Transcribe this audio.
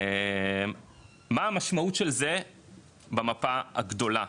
מה המשמעות של זה במפה הגדולה?